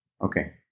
Okay